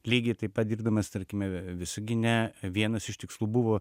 lygiai taip pat dirbdamas tarkime visagine vienas iš tikslų buvo